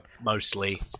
Mostly